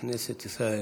לכנסת ישראל,